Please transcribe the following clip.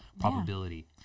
probability